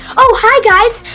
oh hi guys!